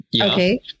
okay